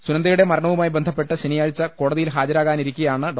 സുനന്ദ യുടെ മരണവുമായി ബന്ധപ്പെട്ട് ശനിയാഴ്ച കോടതിയിൽ ഹാജ രാകാനിരിക്കെയാണ് ഡോ